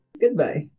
Goodbye